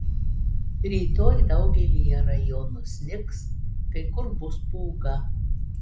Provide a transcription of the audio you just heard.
rytoj daugelyje rajonų snigs kai kur bus pūga